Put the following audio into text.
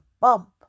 bump